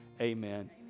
Amen